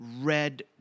red